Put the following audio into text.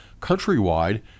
Countrywide